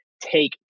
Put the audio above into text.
take